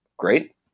Great